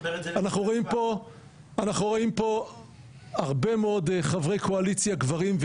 אנחנו רואים פה הרבה מאוד חברי קואליציה גברים.